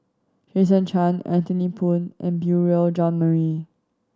Jason Chan Anthony Poon and Beurel Jean Marie